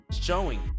showing